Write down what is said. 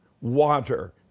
water